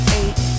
eight